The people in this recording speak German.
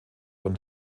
von